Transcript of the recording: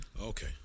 Okay